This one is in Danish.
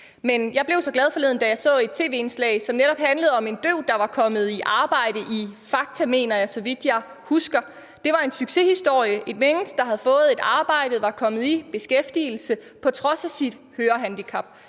Men jeg blev så glad, da jeg forleden så et tv-indslag, som netop handlede om en døv, der var kommet i arbejde i Fakta, mener jeg det var. Det var en succeshistorie om et menneske, der havde fået et arbejde og var kommet i beskæftigelse på trods af sit hørehandicap.